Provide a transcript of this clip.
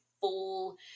full